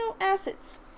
acids